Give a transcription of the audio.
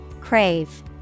Crave